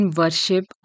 worship